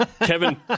Kevin